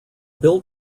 built